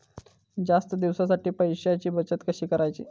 जास्त दिवसांसाठी पैशांची बचत कशी करायची?